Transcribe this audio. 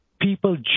People